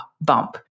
bump